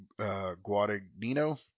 Guadagnino